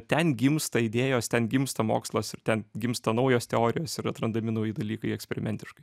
ten gimsta idėjos ten gimsta mokslas ir ten gimsta naujos teorijos ir atrandami nauji dalykai eksperimentiškai